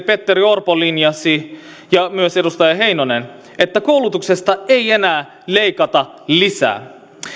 petteri orpo linjasi ja myös edustaja heinonen että koulutuksesta ei enää leikata lisää